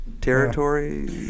territory